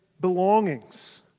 belongings